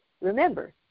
Remember